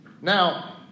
Now